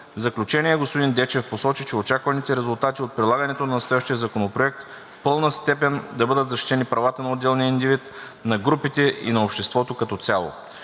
В заключение господин Дечев посочи, че очакваните резултати от прилагането на настоящия законопроект са в пълна степен да бъдат защитени правата на отделния индивид, на групите и на обществото като цяло.